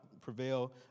prevail